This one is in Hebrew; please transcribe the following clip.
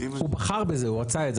הוא בחר את זה, הוא רצה את זה.